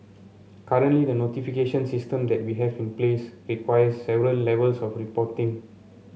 currently the notification system that we have in place requires several levels of reporting